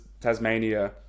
Tasmania